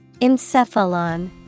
Encephalon